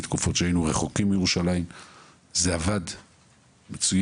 בתקופות שהיינו רחוקים מירושלים זה עבד מצוין,